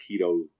Keto